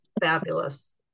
Fabulous